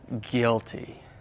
guilty